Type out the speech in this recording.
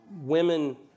women